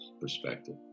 perspective